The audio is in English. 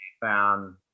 found –